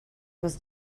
was